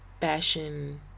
fashion